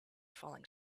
falling